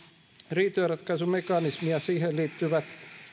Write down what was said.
riitojenratkaisumekanismi ja siihen liittyvät